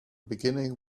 beginning